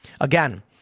Again